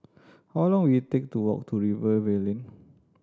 how long will it take to walk to Rivervale Lane